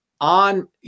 on